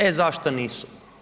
E zašto nisu?